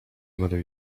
mother